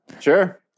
Sure